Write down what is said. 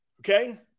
Okay